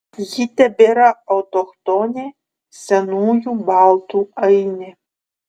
ji tebėra autochtonė senųjų baltų ainė